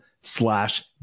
slash